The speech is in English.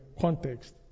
context